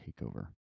Takeover